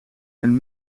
een